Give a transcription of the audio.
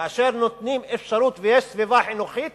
כאשר נותנים אפשרות ויש סביבה חינוכית,